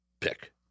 pick